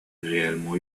réellement